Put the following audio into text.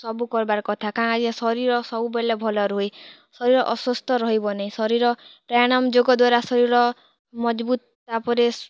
ସବୁ କର୍ବାର୍ କଥା କାଏଁଯେ ଶରୀର ସବୁବେଲେ ଭଲ ରୁହେ ଶରୀର ଅସୁସ୍ଥ ରହିବନି ଶରୀର ପ୍ରାଣାୟମ୍ ଯୋଗ ଦ୍ଵାରା ଶରୀର ମଜ୍ବୁତ୍ ତାପରେ